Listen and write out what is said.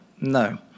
no